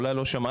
אולי לא שמעתם,